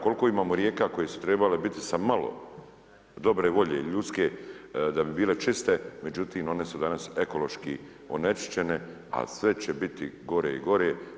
Koliko imamo rijeka koje su trebale biti sa malo dobre volje ljudske, da bi bile čiste, međutim, one su danas ekološki onečišćene, a sve će biti gore i gore.